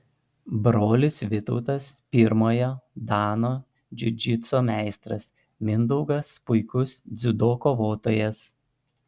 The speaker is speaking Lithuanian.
brolis vytautas pirmojo dano džiudžitso meistras mindaugas puikus dziudo kovotojas